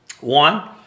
One